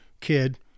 kid